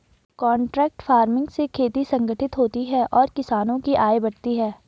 contract farming से खेती संगठित होती है और किसानों की आय बढ़ती है